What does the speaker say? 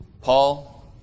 Paul